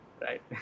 right